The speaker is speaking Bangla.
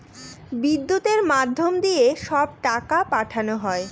বিদ্যুতের মাধ্যম দিয়ে সব টাকা পাঠানো হয়